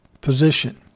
position